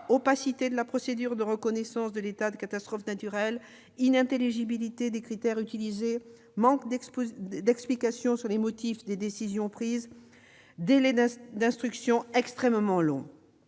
opacité de la procédure de reconnaissance de l'état de catastrophe naturelle, inintelligibilité des critères utilisés, manque d'explications quant aux décisions prises, délais d'instruction extrêmement longs